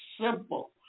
simple